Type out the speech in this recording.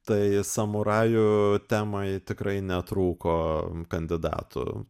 tai samurajų temai tikrai netrūko kandidatų